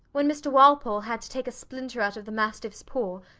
when mr. walpole had to take a splinter out of the mastiff's paw,